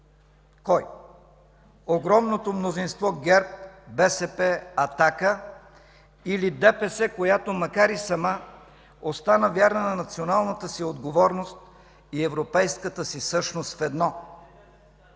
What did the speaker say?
Кой?! Огромното мнозинство ГЕРБ, БСП, „Атака”, или ДПС, която макар и сама, остана вярна на националната си отговорност и европейската си същност в едно?